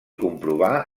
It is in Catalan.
comprovar